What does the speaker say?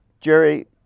Jerry